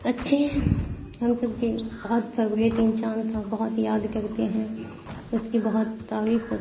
اچھی ہم سب کی بہت فوریٹ انسان تھا بہت یاد کرتے ہیں اس کی بہت تعریف کر